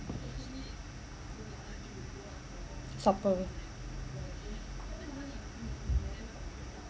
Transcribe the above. supper